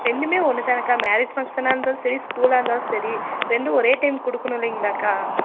ரெண்டுமே ஒன்று தானேக்கா மேரேஜ் ஃபங்க்ஷனாக இருந்தாலும் சரி ஸ்கூலாக இருந்தாலும் சரி ரெண்டும் ஒரே டைம்க்கு கொடுக்கணும் இல்லைங்களாக்கா